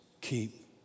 keep